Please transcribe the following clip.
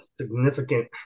significant